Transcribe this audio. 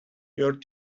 your